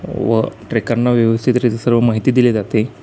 व ट्रेकरना व्यवस्थित रित्या सर्व माहिती दिली जाते